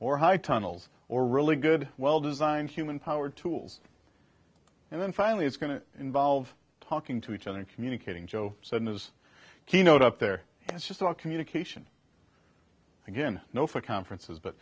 high tunnels or really good well designed human powered tools and then finally it's going to involve talking to each other and communicating joe said in his keynote up there it's just all communication again no for conferences but